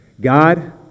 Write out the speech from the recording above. God